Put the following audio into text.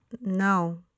no